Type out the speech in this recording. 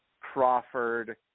Crawford